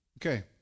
Okay